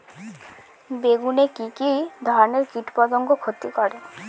বেগুনে কি কী ধরনের কীটপতঙ্গ ক্ষতি করে?